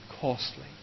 costly